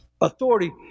authority